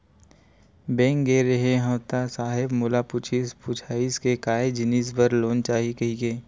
Bank गे रेहे हंव ता साहेब मोला पूछिस पुछाइस के काय जिनिस बर लोन चाही कहिके?